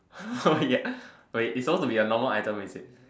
ya oh it it suppose to be a normal item is it